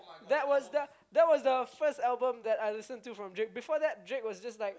that was the that was the first album that I listen to from Drake before that Drake was just like